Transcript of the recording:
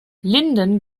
linden